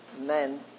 men